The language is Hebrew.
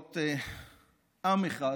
להיות עם אחד